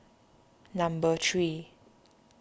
number three